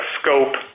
scope